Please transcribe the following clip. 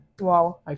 wow